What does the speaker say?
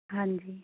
ਹਾਂਜੀ